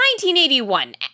1981